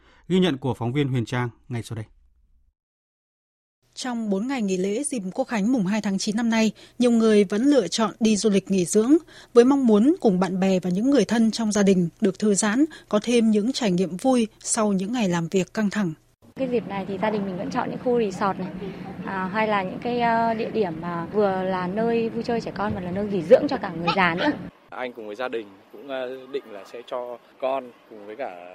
Ghi nhận của phóng viên Huyền Trang ngay sau đây. Trong bốn ngày nghỉ lễ dịp Quốc Khánh mùng 2 tháng 9 năm nay, nhiều người vẫn lựa chọn đi du lịch nghỉ dưỡng, với mong muốn cùng bạn bè và những người thân trong gia đình được thư giãn, có thêm những trải nghiệm vui sau những ngày làm việc căng thẳng. Cái dịp này thì gia đình mình vẫn chọn những khu resort này, à, hay là những cái, ờ, địa điểm mà vừa là nơi vui chơi trẻ con, mà là nơi nghỉ dưỡng cho cả người già nữa. Anh cùng với gia đình cũng, ờ, định là sẽ cho con cùng với cả